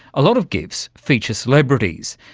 a lot of gifs feature celebrities.